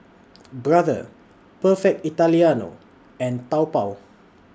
Brother Perfect Italiano and Taobao